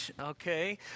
Okay